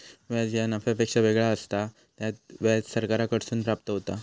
व्याज ह्या नफ्यापेक्षा वेगळा असता, त्यात व्याज सावकाराकडसून प्राप्त होता